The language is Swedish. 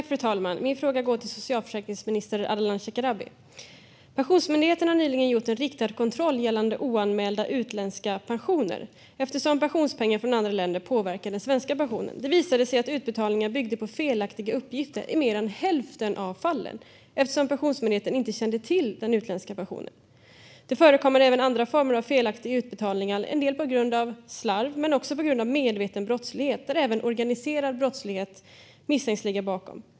Fru talman! Min fråga går till socialförsäkringsminister Ardalan Shekarabi. Pensionsmyndigheten har nyligen gjort en riktad kontroll gällande oanmälda utländska pensioner eftersom pensionspengar från andra länder påverkar den svenska pensionen. Det visade sig att utbetalningar byggde på felaktiga uppgifter i mer än hälften av fallen eftersom Pensionsmyndigheten inte kände till den utländska pensionen. Det förekommer även andra former av felaktiga utbetalningar, en del på grund av slarv och även på grund av medveten brottslighet där organiserad brottslighet misstänks ligga bakom.